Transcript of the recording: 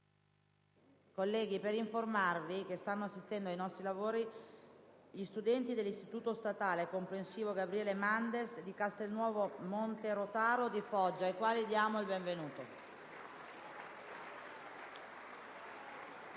Colleghi, vi informo che stanno assistendo ai nostri lavori gli studenti dell'Istituto statale comprensivo «Mandes» di Casalnuovo Monterotaro, in provincia di Foggia, ai quali diamo il benvenuto.